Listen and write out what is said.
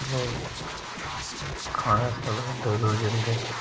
इत्थे लोग खाने आस्तै बड़ी दूर दूर जन्दे न